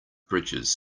bridges